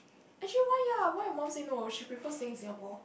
actually why ya why your mum say no she prefer staying in Singapore